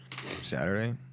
Saturday